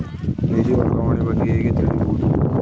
ನಿಧಿ ವರ್ಗಾವಣೆ ಬಗ್ಗೆ ಹೇಗೆ ತಿಳಿಯುವುದು?